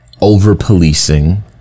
over-policing